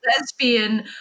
lesbian